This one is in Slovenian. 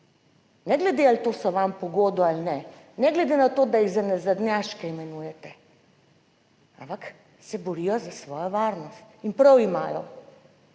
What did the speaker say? ne glede ali so vam po godu ali ne, ne glede na to, da jih za nazadnjaške imenujete, ampak se borijo za svojo varnost in prav imajo.